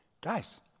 guys